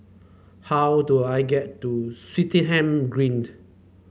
how do I get to Swettenham Greened